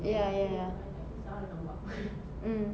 ya ya ya mm